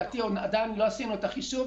עדיין לא עשינו את החישוב,